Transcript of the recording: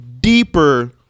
deeper